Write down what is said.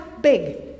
big